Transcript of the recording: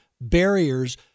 barriers